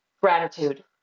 gratitude